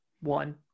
one